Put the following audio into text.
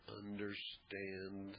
understand